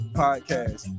podcast